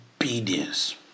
obedience